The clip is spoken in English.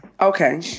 Okay